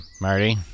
Marty